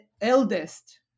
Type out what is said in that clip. eldest